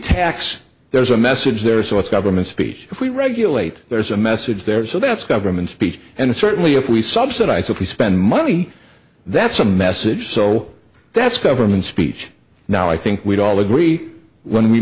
tax there's a message there so it's government speech if we regulate there's a message there so that's government speech and certainly if we subsidize if we spend money that's a message so that's government speech now i think we'd all agree when we